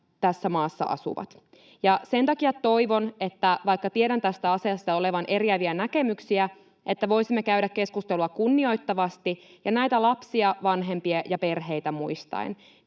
tässä maassa asuvat? Ja sen takia toivon, vaikka tiedän tästä asiasta olevan eriäviä näkemyksiä, että voisimme käydä keskustelua kunnioittavasti ja näitä lapsia, vanhempia ja perheitä muistaen.